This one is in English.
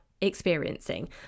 experiencing